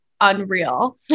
unreal